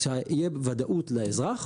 אז שתהיה וודאות לאזרח